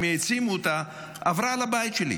בגין הם העצימו אותה עברה על הבית שלי.